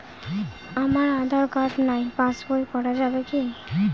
আমার আঁধার কার্ড নাই পাস বই করা যাবে কি?